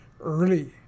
early